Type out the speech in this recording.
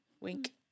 Wink